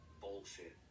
bullshit